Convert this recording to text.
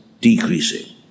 decreasing